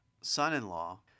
son-in-law